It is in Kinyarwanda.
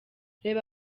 reba